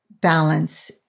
balance